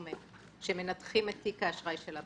עומק שמנתחים את תיק האשראי של הבנק,